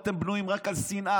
אתם בנויים רק על שנאה.